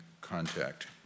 contact